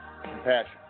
compassion